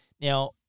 Now